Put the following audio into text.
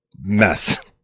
mess